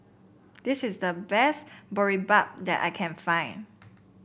this is the best Boribap that I can find